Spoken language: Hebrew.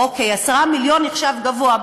אוקיי, 10 מיליון נחשב גבוה?